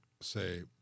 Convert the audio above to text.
say